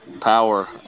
power